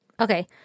Okay